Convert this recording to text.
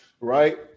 Right